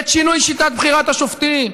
ואת שינוי שיטת בחירת השופטים,